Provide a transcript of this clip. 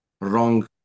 wrong